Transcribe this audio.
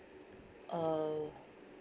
uh